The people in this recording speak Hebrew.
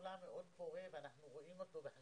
משרד הרווחה, גם הוא יעשה